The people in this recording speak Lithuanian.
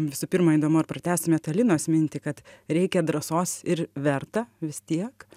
visų pirma įdomu ar pratęstumėte linos mintį kad reikia drąsos ir verta vis tiek